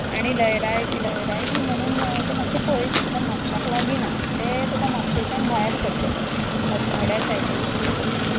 आनी लयराई लयराई म्हणून तें मातशें पयस एकदम म्हापशाक लागीं ना तें तुका म्हापशेच्यान भायर सरचें पडटा असनोड्या सायडीन वचचें पडटा